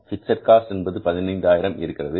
fixed cost என்பது 15000 இருக்கிறது